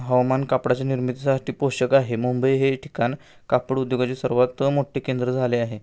हवामान कापडाच्या निर्मितीसाठी पोषक आहे मुंबई हे ठिकाण कापड उद्योगाचे सर्वात मोठ्ठे केंद्र झाले आहे